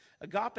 Agape